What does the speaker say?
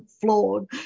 flawed